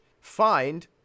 find